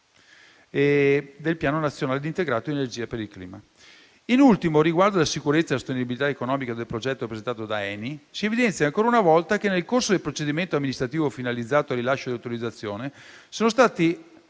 del Piano nazionale integrato per l'energia e il clima. In ultimo, riguardo alla sicurezza e alla sostenibilità economica del progetto presentato da ENI, si evidenzia ancora una volta che nel corso del procedimento amministrativo finalizzato al rilascio di autorizzazione sono stati